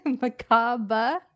Macabre